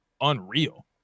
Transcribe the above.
unreal